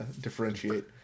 differentiate